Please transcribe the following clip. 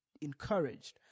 encouraged